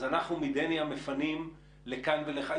מדניה מפנים לכאן ולכאן?